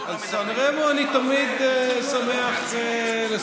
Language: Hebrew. על סן רמו אני תמיד שמח לשוחח,